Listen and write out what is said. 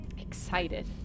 excited